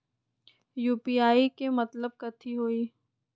UPI के मतलब कथी होई?